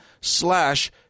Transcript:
slash